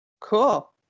Cool